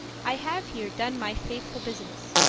i have here done my faithful business,